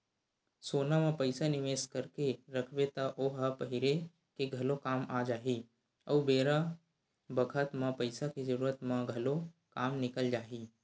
सोना म पइसा निवेस करके राखबे त ओ ह पहिरे के घलो काम आ जाही अउ बेरा बखत म पइसा के जरूरत म घलो काम निकल जाही